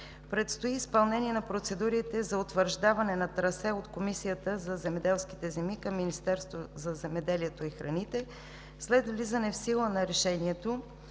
предстои изпълнение на процедурите за утвърждаване на трасе от Комисията за земеделските земи към Министерството на земеделието и храните. След влизане в сила на решението